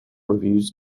reviews